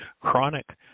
Chronic